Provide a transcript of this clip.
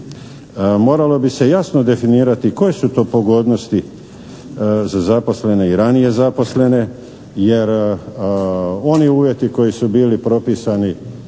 moralo bi se jasno definirati koje su to pogodnosti za zaposlene i ranije zaposlene jer oni uvjeti koji su bili propisani